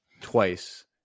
twice